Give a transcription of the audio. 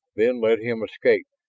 then let him escape,